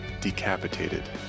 decapitated